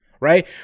right